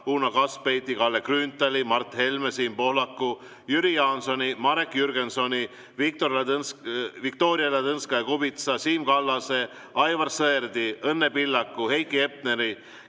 Uno Kaskpeiti, Kalle Grünthali, Mart Helme, Siim Pohlaku, Jüri Jaansoni, Marek Jürgensoni, Viktoria Ladõnskaja-Kubitsa, Siim Kallase, Aivar Sõerdi, Õnne Pillaku, Heiki Hepneri,